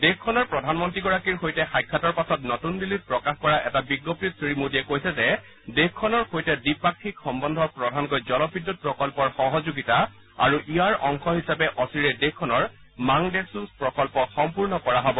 দেশখনৰ প্ৰধানমন্ত্ৰীগৰাকীৰ সৈতে সাক্ষাতৰ পাছত নতুন দিল্লীত প্ৰকাশ কৰা বিজ্ঞপ্তিত শ্ৰীমোদীয়ে কৈছে যে দেশখনৰ সৈতে দ্বিপাক্ষিক সম্বন্ধ মূলতঃ জলবিদ্যুৎ প্ৰকল্পৰ সহযোগিতা আৰু ইয়াৰ অংশ হিচাপে অচিৰেই দেশখনৰ মাংদেশু প্ৰকল্প সম্পূৰ্ণ কৰা হব